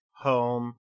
home